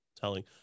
telling